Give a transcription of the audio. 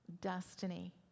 destiny